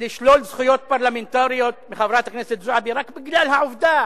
לשלול זכויות פרלמנטריות מחברת הכנסת זועבי רק בגלל העובדה